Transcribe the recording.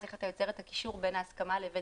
איך אתה יוצר את הקישור בין ההסכמה לבין